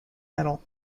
medal